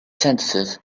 sentences